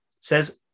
says